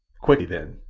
quick, then,